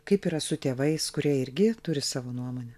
kaip yra su tėvais kurie irgi turi savo nuomonę